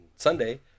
Sunday